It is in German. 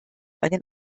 einen